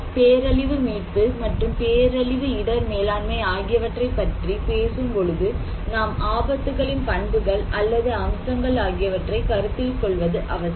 பேரழிவு மீட்பு மற்றும் பேரழிவு இடர் மேலாண்மை ஆகியவற்றை பற்றி பேசும்பொழுது நாம் ஆபத்துக்களின் பண்புகள் அல்லது அம்சங்கள் ஆகியவற்றை கருத்தில் கொள்வது அவசியம்